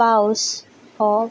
पावस हो